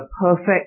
perfect